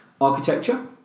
architecture